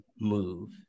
move